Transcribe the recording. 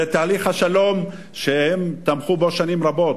ותהליך השלום שהם תמכו בו שנים רבות,